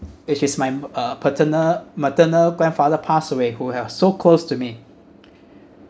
it is my uh paternal maternal grandfather pass away who are so close to me